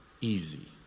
easy